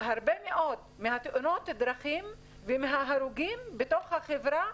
הרבה מאוד מתאונות הדרכים ומההרוגים בתוך החברה